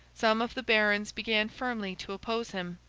some of the barons began firmly to oppose him.